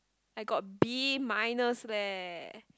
I got B minus leh